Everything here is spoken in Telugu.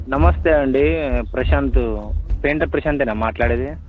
నమస్తే అండి ప్రశాంతి పెయింటర్ ప్రశాంతేనా మాట్లాడేది